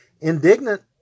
Indignant